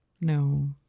no